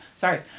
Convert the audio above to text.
Sorry